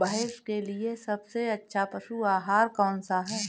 भैंस के लिए सबसे अच्छा पशु आहार कौनसा है?